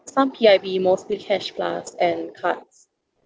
some P_I_B mostly cash plus and cards